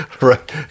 Right